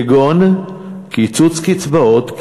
כגון קיצוץ קצבאות,